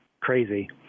crazy